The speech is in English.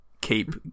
Keep